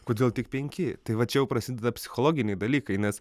kodėl tik penki tai va čia jau prasideda psichologiniai dalykai nes